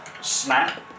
snap